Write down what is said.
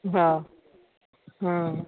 हँ हूँ